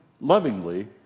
lovingly